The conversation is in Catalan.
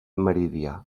meridià